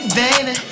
baby